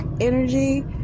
energy